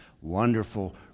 wonderful